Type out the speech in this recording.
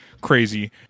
crazy